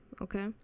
okay